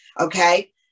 okay